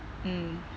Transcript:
mm